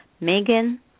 Megan